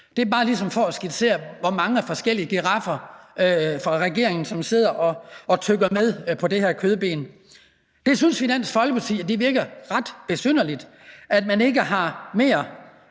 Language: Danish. Det er bare ligesom for at skitsere, hvor mange forskellige giraffer fra regeringen, som sidder og tygger med på det her kødben. Vi synes i Dansk Folkeparti, at det virker ret besynderligt, at man ikke har mere